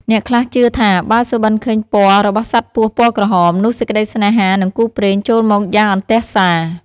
អ្នកខ្លះជឿថា បើសុបិនឃើញពណ៌របស់សត្វពស់ពណ៌ក្រហម នោះសេចក្តីសេ្នហា និងគូព្រេងចូលមកយ៉ាងអន្ទះសា ។